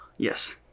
Yes